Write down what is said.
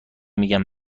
میگم